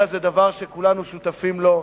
אלא זה דבר שכולנו שותפים לו,